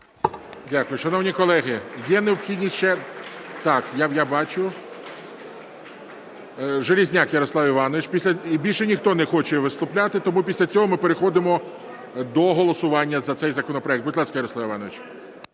Дякую. Шановні колеги, є необхідність ще… Так, я бачу. Железняк Ярослав Іванович І більше ніхто не хоче виступати. Тому після цього ми переходимо до голосування за цей законопроект. Будь ласка, Ярослав Іванович.